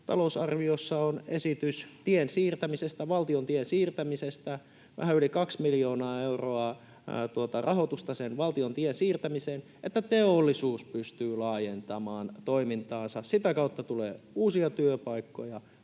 tien siirtämisestä, valtion tien siirtämisestä: vähän yli kaksi miljoonaa euroa rahoitusta sen valtion tien siirtämiseen, niin että teollisuus pystyy laajentamaan toimintaansa. Sitä kautta tulee uusia työpaikkoja,